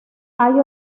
hay